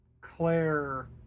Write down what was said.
Claire